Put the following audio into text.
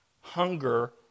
hunger